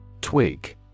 Twig